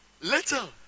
Little